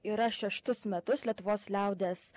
yra šeštus metus lietuvos liaudies